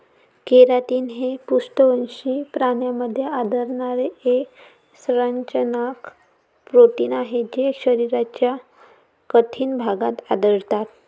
keratin हे पृष्ठवंशी प्राण्यांमध्ये आढळणारे एक संरचनात्मक प्रोटीन आहे जे शरीराच्या कठीण भागात आढळतात